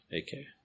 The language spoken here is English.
Okay